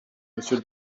monsieur